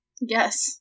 Yes